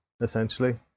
essentially